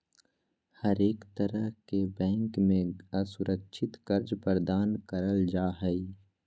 हरेक तरह के बैंक मे असुरक्षित कर्ज प्रदान करल जा हय